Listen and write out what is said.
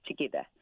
together